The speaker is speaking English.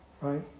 right